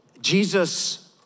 Jesus